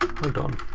hold on.